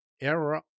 Error